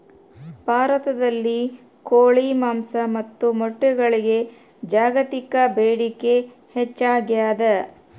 ಭಾರತದಲ್ಲಿ ಕೋಳಿ ಮಾಂಸ ಮತ್ತು ಮೊಟ್ಟೆಗಳಿಗೆ ಜಾಗತಿಕ ಬೇಡಿಕೆ ಹೆಚ್ಚಾಗ್ಯಾದ